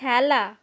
খেলা